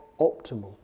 optimal